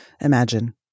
imagine